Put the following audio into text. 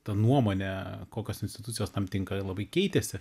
ta nuomone kokios institucijos tam tinka labai keitėsi